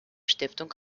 stiftung